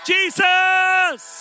Jesus